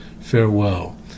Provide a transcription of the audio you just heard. Farewell